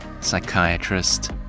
psychiatrist